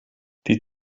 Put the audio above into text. die